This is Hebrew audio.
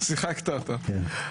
שיחקת אותה.